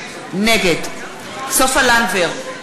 נגד סופה לנדבר,